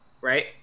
right